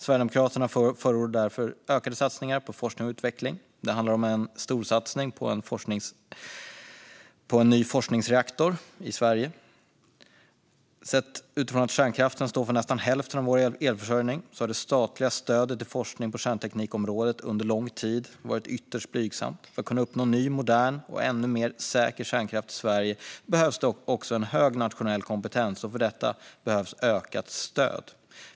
Sverigedemokraterna förordar därför ökade satsningar på forskning och utveckling. Det handlar om en storsatsning på en ny forskningsreaktor i Sverige. Sett utifrån att kärnkraften står för nästan hälften av vår elförsörjning har det statliga stödet till forskning på kärnteknikområdet under lång tid varit ytterst blygsamt. För att kunna uppnå ny, modern och ännu mer säker kärnkraft i Sverige behövs också en hög nationell kompetens, och för detta behövs ökat stöd.